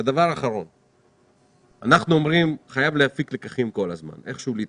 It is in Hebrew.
אנחנו אומרים כל הזמן שחייבים להפיק לקחים ולהתקדם.